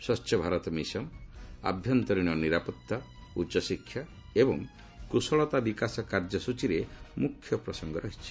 ସ୍ୱଚ୍ଚ ଭାରତ ମିଶନ ଆଭ୍ୟନ୍ତରୀଣ ନିରାପଭା ଉଚ୍ଚଶିକ୍ଷା ଏବଂ କୁଶଳତା ବିକାଶ କାର୍ଯ୍ୟସଚୀରେ ମୁଖ୍ୟ ପ୍ରସଙ୍ଗ ରହିଛି